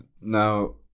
Now